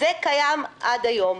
זה קיים עד היום.